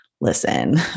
listen